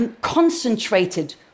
concentrated